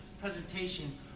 presentation